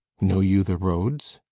know you the roads?